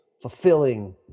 fulfilling